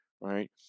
right